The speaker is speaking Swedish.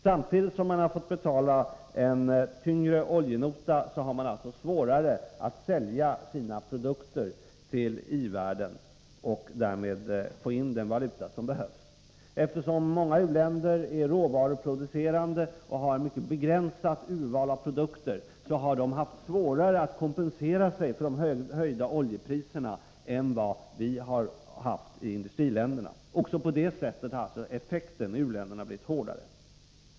Samtidigt som uländerna har fått betala en tyngre oljenota har det blivit svårare för dem att sälja sina produkter till i-världen och därmed få in den valuta som behövs. Eftersom många u-länder är råvaruproducerande och har ett mycket begränsat urval av produkter, har de haft svårare att kompensera sig för höjningen av oljepriserna än i-länderna. Också på det sättet har effekten mot uländerna blivit hårdare.